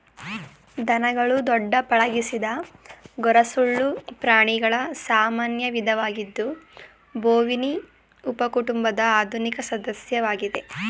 ದನಗಳು ದೊಡ್ಡ ಪಳಗಿಸಿದ ಗೊರಸುಳ್ಳ ಪ್ರಾಣಿಗಳ ಸಾಮಾನ್ಯ ವಿಧವಾಗಿದ್ದು ಬೋವಿನಿ ಉಪಕುಟುಂಬದ ಆಧುನಿಕ ಸದಸ್ಯವಾಗಿವೆ